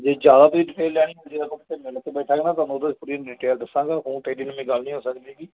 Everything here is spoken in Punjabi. ਜੇ ਜ਼ਿਆਦਾ ਤੁਸੀਂ ਡਿਟੇਲ ਲੈਣੀ ਹੈ ਜੇ ਆਪਾਂ ਕਿਤੇ ਮਿਲਕੇ ਬੈਠਾਗਾਂ ਨਾ ਤੁਹਾਨੂੰ ਉਦੋਂ ਪੂਰੀ ਡਿਟੇਲ ਦੱਸਾਂਗਾ ਫੋਨ 'ਤੇ ਇੰਨੀ ਲੰਬੀ ਗੱਲ ਨਹੀਂ ਹੋ ਸਕਦੀ ਹੈਗੀ